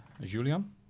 Julian